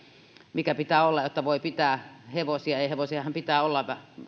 mikä pitää olla jotta voi pitää hevosia ja hevosiahan pitää olla